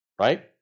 Right